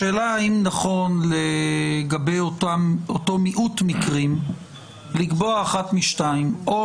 השאלה האם נכון לגבי אותו מיעוט מקרים לקבוע אחת משתיים: או